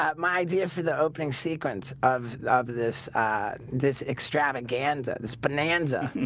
um my idea for the opening sequence of of this this extravaganza this bonanza